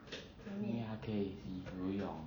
mermaid 因为他可以自己游泳